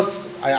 but !aiya!